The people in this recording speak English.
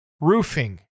roofing